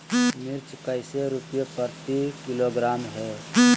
मिर्च कैसे रुपए प्रति किलोग्राम है?